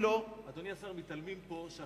אדוני השר, מתעלמים פה מכך